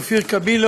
אופיר קבילו